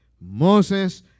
Moses